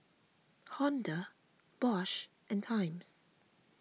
Honda Bosch and Times